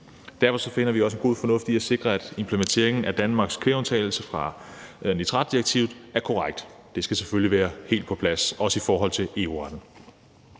Derfor finder vi også, at der er god fornuft i at sikre, at implementeringen af Danmarks kvægundtagelse fra nitratdirektivet er korrekt – det skal selvfølgelig være helt på plads, også i forhold til EU-retten